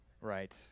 Right